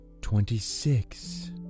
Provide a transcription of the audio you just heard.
twenty-six